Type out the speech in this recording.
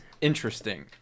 interesting